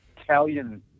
Italian